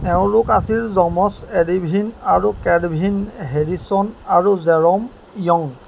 এওঁলোক আছিল যমজ এলিভিন আৰু কেলভিন হেৰিচন আৰু জেৰম ইয়ং